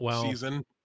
season